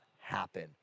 happen